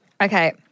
Okay